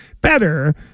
better